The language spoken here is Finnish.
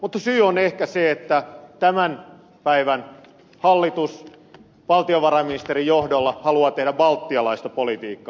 mutta syy on ehkä se että tämän päivän hallitus valtiovarainministerin johdolla haluaa tehdä baltialaista politiikkaa